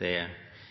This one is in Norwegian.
det viktige – utover det – er